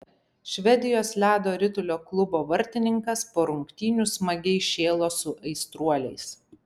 švedijos ledo ritulio klubo vartininkas po rungtynių smagiai šėlo su aistruoliais